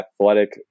athletic